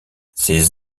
ses